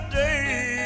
day